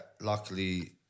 luckily